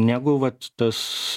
negu vat tas